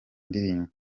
ndirimbo